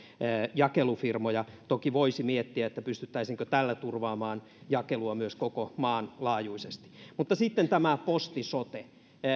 jakelufirmoja toki voisi miettiä pystyttäisiinkö tällä turvaamaan jakelua myös koko maan laajuisesti mutta sitten tämä posti sote